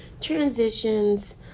transitions